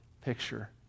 picture